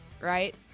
right